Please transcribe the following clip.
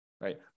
right